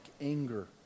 anger